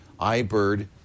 iBird